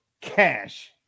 cash